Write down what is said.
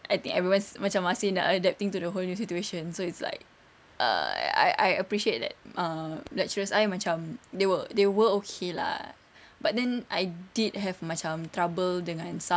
I think everyone macam masih nak adapting to the whole new situations so it's like uh I I appreciate that uh lecturers I macam they were they were okay lah but then I did have macam trouble dengan some